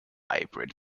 hybrid